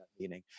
meaning